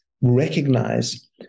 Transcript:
recognize